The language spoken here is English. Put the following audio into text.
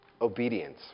obedience